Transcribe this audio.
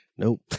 Nope